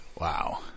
wow